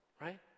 right